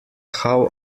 how